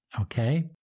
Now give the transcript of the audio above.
Okay